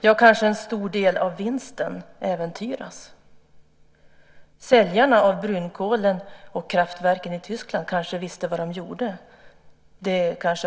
Kanske äventyras en stor del av vinsten. Säljarna av brunkolen och kraftverken i Tyskland kanske visste vad de gjorde.